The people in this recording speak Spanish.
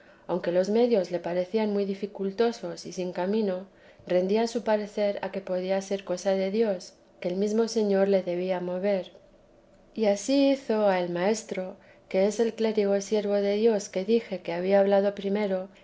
aunque los medios le parecían muy dificultosos y sin camino rendía su parecer a que podía ser cosa de dios que el mesmo señor le debía mover y ansí hizo al maestro que es el clérigo siervo de dios que dije que había hablado primero